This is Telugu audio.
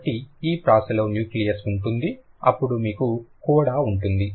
కాబట్టి ఈ ప్రాసలో న్యూక్లియస్ ఉంటుంది అప్పుడు మీకు కోడా ఉంటుంది